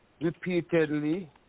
repeatedly